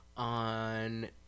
on